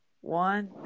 one